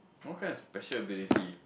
what kind of special ability